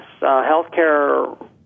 healthcare